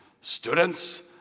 Students